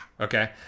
okay